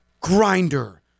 grinder